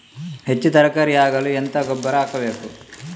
ಹೆಚ್ಚು ತರಕಾರಿ ಆಗಲು ಎಂತ ಗೊಬ್ಬರ ಹಾಕಬೇಕು?